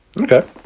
Okay